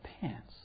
pants